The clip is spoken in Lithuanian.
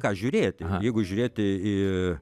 ką žiūrėti jeigu žiūrėti į